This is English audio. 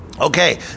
Okay